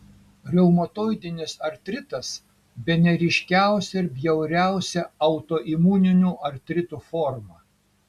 reumatoidinis artritas bene ryškiausia ir bjauriausia autoimuninių artritų forma